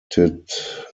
addicted